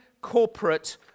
corporate